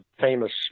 famous